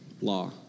law